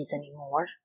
anymore